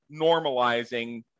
normalizing